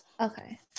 Okay